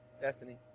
Destiny